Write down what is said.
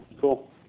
cool